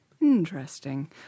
Interesting